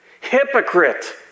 Hypocrite